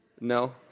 No